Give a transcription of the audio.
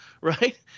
right